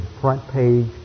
front-page